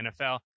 NFL